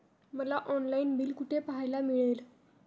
मला online bill कुठे पाहायला मिळेल?